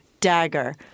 dagger